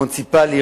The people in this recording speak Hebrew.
מוניציפליות,